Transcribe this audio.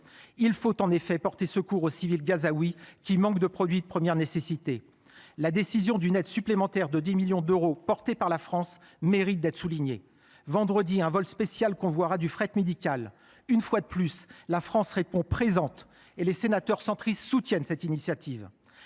Il faut en effet porter secours aux civils gazaouis, qui manquent de produits de première nécessité. La décision d’une aide supplémentaire de 10 millions d’euros, portée par la France, mérite d’être soulignée. Vendredi prochain, un vol spécial convoiera du fret médical. Une fois de plus, la France répond présente et les sénateurs centristes soutiennent cette initiative.